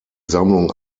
sammlung